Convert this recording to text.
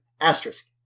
Asterisk